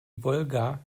wolga